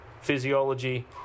physiology